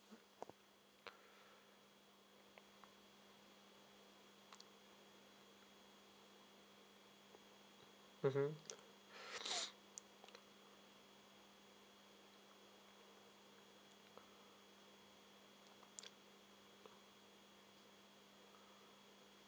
mmhmm